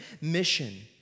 mission